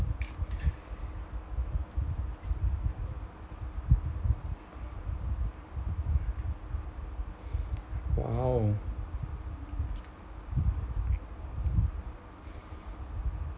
!wow!